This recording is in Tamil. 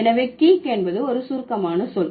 எனவே கீக் என்பது ஒரு சுருக்கமான சொல்